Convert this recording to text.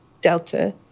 Delta